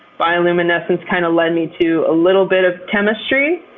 bioluminescence kind of led me to a little bit of chemistry.